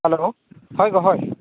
hello ᱦᱳᱭ ᱜᱳ ᱦᱳᱭ